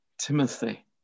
Timothy